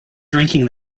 drinking